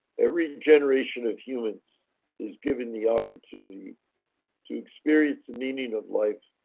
every generation of humans is given the opportunity to experience the meaning of life.